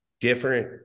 different